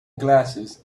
glasses